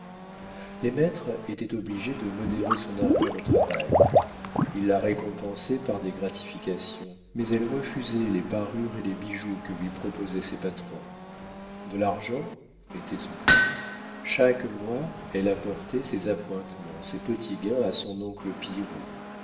les maîtres étaient obligés de modérer son ardeur au travail ils la récompensaient par des gratifications mais elle refusait les parures et les bijoux que lui proposaient ses patrons de l'argent était son cri chaque mois elle apportait ses appointements ses petits gains à son oncle